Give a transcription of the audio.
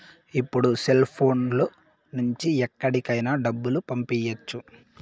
ఇప్పుడు సెల్ఫోన్ లో నుంచి ఎక్కడికైనా డబ్బులు పంపియ్యచ్చు